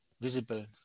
visible